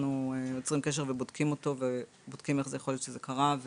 אנחנו יוצרים קשר ובודקים אותו ובודקים איך יכול להיות שזה קרה,